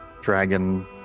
dragon